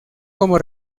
como